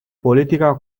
politica